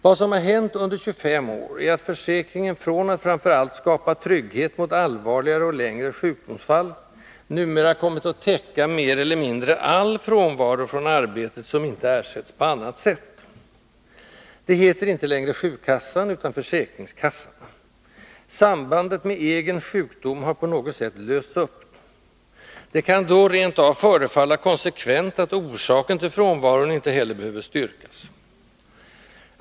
Vad som har hänt under 25 år är att försäkringen från att framför allt skapa trygghet mot allvarligare och längre sjukdom numera kommit att täcka mer eller mindre all frånvaro från arbetet, som inte ersätts på annat sätt. Det heter inte längre sjukkassan utan försäkringskassan. Sambandet med egen sjukdom har på något sätt lösts upp. Det kan då rent av förefalla konsekvent att orsaken till frånvaron inte heller behöver styrkas.